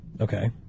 Okay